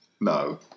No